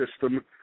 system